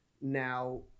Now